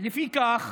לפיכך